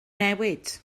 newid